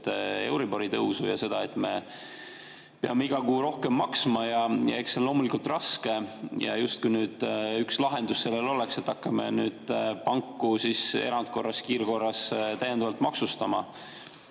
euribori tõusu ja seda, et me peame iga kuu rohkem maksma. Eks see on loomulikult raske. Ja justkui üks lahendus sellele oleks, et hakkame nüüd panku erandkorras ja kiirkorras täiendavalt maksustama.